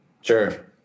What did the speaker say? Sure